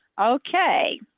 Okay